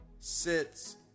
Sits